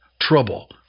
trouble